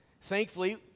Thankfully